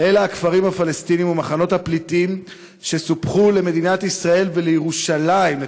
אלא בכפרים הפלסטיניים ובמחנות הפליטים שסופחו למדינת ישראל ולירושלים,